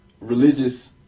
religious